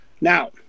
now